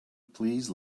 please